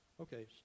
Okay